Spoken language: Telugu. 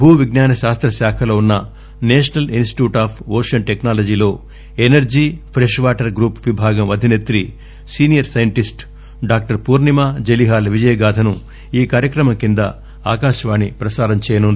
భూ విజ్ఞాన శాస్త శాఖలో ఉన్న national institute of ocean టెక్సా లజీలో ఎనర్జీ ఫ్రెష్ వాటర్ గ్రూప్ విభాగం అధిసేత్రి senior scientist doctor Purnima Jelihal విజయగాధను ఈ కార్యక్రమం కింద ఆకాశవాణి ప్రసారం చేయనుంది